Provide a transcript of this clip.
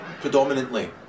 predominantly